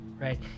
right